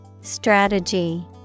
Strategy